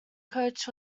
coach